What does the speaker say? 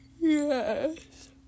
Yes